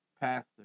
pastor